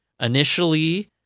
initially